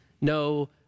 no